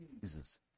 Jesus